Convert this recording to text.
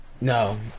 No